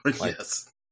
Yes